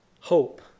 Hope